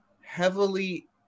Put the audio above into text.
heavily